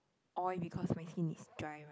oil because my skin is dry right